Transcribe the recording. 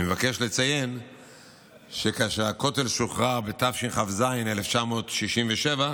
אני מבקש לציין שכאשר הכותל שוחרר בתשכ"ז, 1967,